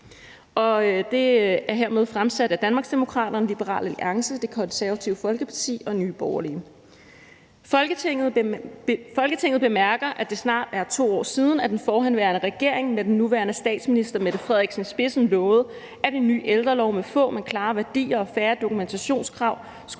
fremsætter på vegne af Danmarksdemokraterne, Liberal Alliance, Det Konservative Folkeparti og Nye Borgerlige: Forslag til vedtagelse »Folketinget bemærker, at det snart er 2 år siden, at den forhenværende regering med den nuværende statsminister, Mette Frederiksen, i spidsen lovede, at en ny ældrelov med få, men klare værdier og færre dokumentationskrav skulle